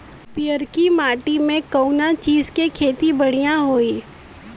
पियरकी माटी मे कउना चीज़ के खेती बढ़ियां होई?